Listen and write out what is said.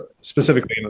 specifically